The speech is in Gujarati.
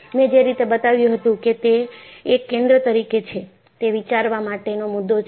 મે જે રીતે બતાવ્યું હતું કે તે એક કેન્દ્ર તરીકે છે તે વિચારવા માટેનો મુદ્દો છે